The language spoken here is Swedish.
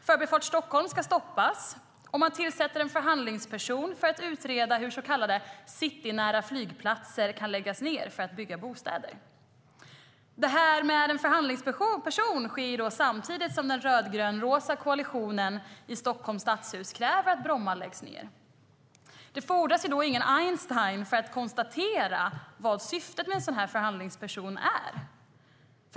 Förbifart Stockholm ska stoppas, och man tillsätter en förhandlingsperson för att utreda hur så kallade citynära flygplatser kan läggas ned för att det i stället ska kunna byggas bostäder där. Att en förhandlingsperson tillsätts sker samtidigt som den rödgrönrosa koalitionen i Stockholms stadshus kräver att Bromma flygplats läggs ned. Det fordras ingen Einstein för att konstatera vad syftet med en sådan förhandlingsperson är.